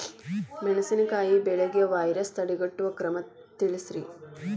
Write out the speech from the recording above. ಮೆಣಸಿನಕಾಯಿ ಬೆಳೆಗೆ ವೈರಸ್ ತಡೆಗಟ್ಟುವ ಕ್ರಮ ತಿಳಸ್ರಿ